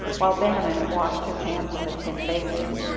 while bannon washed his hands in the tin basin.